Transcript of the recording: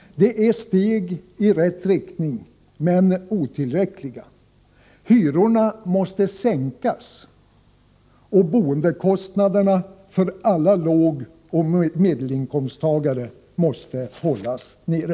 Det är steg i rätt riktning men otillräckliga. Hyrorna måste sänkas och boendekostnaderna för alla lågoch medelinkomsttagare hållas nere.